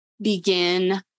begin